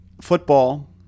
football